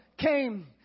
came